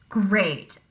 great